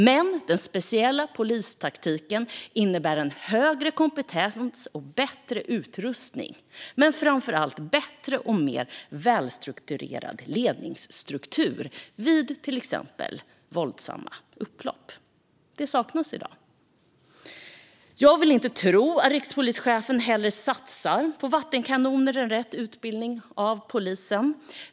Men den speciella polistaktiken innebär högre kompetens och bättre utrustning samt framför allt bättre och mer välstrukturerad ledningsstruktur vid till exempel våldsamma upplopp. Det saknas i dag. Jag vill inte tro att rikspolischefen hellre satsar på vattenkanoner än rätt utbildning av polisen.